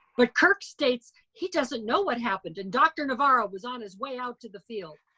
but kirk states he doesn't know what happened and dr. navarro was on his way out to the field.